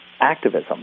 activism